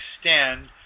extend